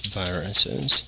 viruses